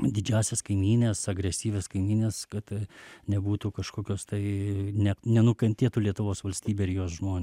didžiąsias kaimynes agresyvias kaimynes kad nebūtų kažkokios tai net nenukentėtų lietuvos valstybė ir jos žmonės